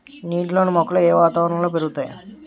నీటిలోని మొక్కలు ఏ వాతావరణంలో పెరుగుతాయి?